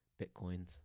Bitcoins